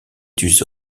dut